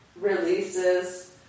releases